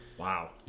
Wow